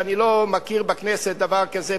אני לא מכיר בכנסת דבר כזה,